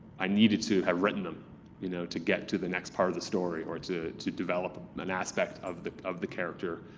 i needed to have written them you know to get to the next part of the story, or to to develop an aspect of the of the character.